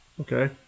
Okay